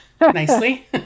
nicely